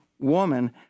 woman